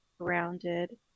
grounded